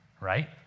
right